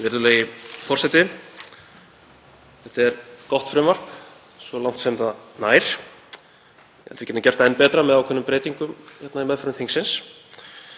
Þetta er gott frumvarp svo langt sem það nær, en við getum gert það enn betra með ákveðnum breytingum í meðförum þingsins.